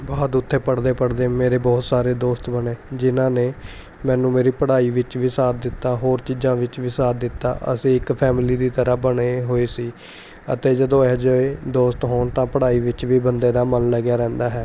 ਬਾਅਦ ਉੱਥੇ ਪੜ੍ਹਦੇ ਪੜ੍ਹਦੇ ਮੇਰੇ ਬਹੁਤ ਸਾਰੇ ਦੋਸਤ ਬਣੇ ਜਿਨ੍ਹਾਂ ਨੇ ਮੈਨੂੰ ਮੇਰੀ ਪੜ੍ਹਾਈ ਵਿੱਚ ਵੀ ਸਾਥ ਦਿੱਤਾ ਹੋਰ ਚੀਜ਼ਾਂ ਵਿੱਚ ਵੀ ਸਾਥ ਦਿੱਤਾ ਅਸੀਂ ਇੱਕ ਫੈਮਿਲੀ ਦੀ ਤਰ੍ਹਾਂ ਬਣੇ ਹੋਏ ਸੀ ਅਤੇ ਜਦੋਂ ਇਹੋ ਜਿਹੇ ਦੋਸਤ ਹੋਣ ਤਾਂ ਪੜ੍ਹਾਈ ਵਿੱਚ ਵੀ ਬੰਦੇ ਦਾ ਮਨ ਲੱਗਿਆ ਰਹਿੰਦਾ ਹੈ